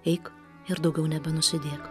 eik ir daugiau nebenusidėk